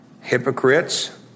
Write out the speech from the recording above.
Hypocrites